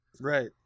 Right